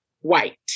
white